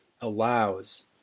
allows